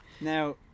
Now